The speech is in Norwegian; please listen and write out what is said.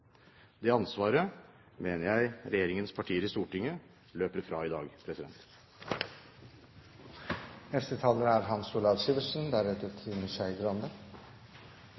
Det ansvaret mener jeg regjeringens partier i Stortinget løper fra i dag. Denne saken dreier seg jo om kryptering av helseregistre, som i seg selv er